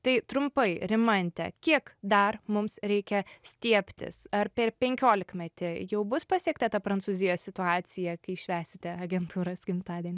tai trumpai rimante kiek dar mums reikia stiebtis ar per penkiolikmetį jau bus pasiekta ta prancūzijos situacija kai švęsite agentūros gimtadienį